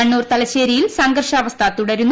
കണ്ണൂർ തലശ്ശേരിയിൽ സംഘർഷാവസ്ഥ തുടരുന്നു